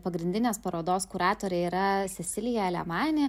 pagrindinės parodos kuratorė yra silija alemani